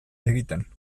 egiten